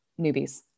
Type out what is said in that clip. newbies